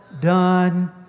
done